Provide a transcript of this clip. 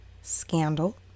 Scandal